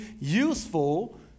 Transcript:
useful